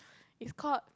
is called